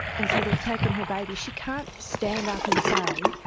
and so they've taken her baby. she can't stand up and say,